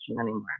anymore